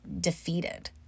defeated